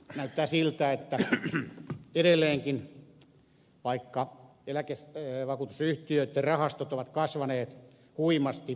näyttää siltä että edelleenkin eläkevakuutusyhtiöt ja rahastot ovat kasvaneet huimasti